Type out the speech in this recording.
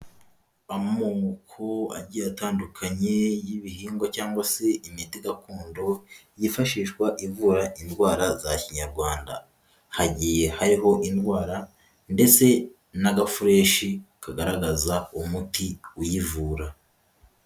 Amoko agiye atandukanye y'ibihingwa cyangwa se imiti gakondo yifashishwa ivura indwara za Kinyarwanda, hagiye hariho indwara ndetse n'agafureshi kagaragaza umuti uyivura.